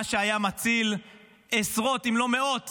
מה שהיה מציל עשרות אם לא מאות